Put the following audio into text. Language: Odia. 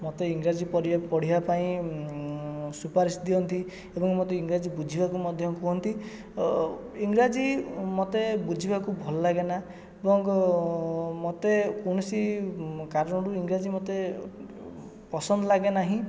ମୋତେ ଇଂରାଜୀ ପରିବା ପଢ଼ିବା ପାଇଁ ସୁପାରିଶ ଦିଅନ୍ତି ଏବଂ ମୋତେ ଇଂରାଜୀ ବୁଝିବାକୁ ମଧ୍ୟ କୁହନ୍ତି ଇଂରାଜୀ ମୋତେ ବୁଝିବାକୁ ଭଲ ଲାଗେନା ଏବଂ ମୋତେ କୌଣସି କାରଣରୁ ଇଂରାଜୀ ମୋତେ ପସନ୍ଦ ଲାଗେ ନାହିଁ